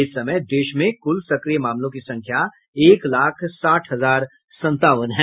इस समय देश में कुल सक्रिय मामलों की संख्या एक लाख साठ हजार संतावन है